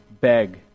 beg